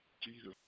Jesus